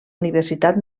universitat